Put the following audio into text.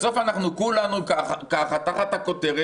בסוף הזה כולנו תחת אותה כותר,